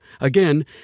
Again